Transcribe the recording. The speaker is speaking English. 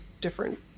different